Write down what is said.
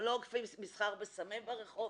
הם לא אוכפים מסחר בסמים ברחוב,